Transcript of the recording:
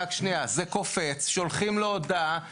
אנו חוזרים לאותה פרקטיקה של רק מקורבים,